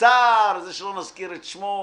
שכבר במשך שמונה,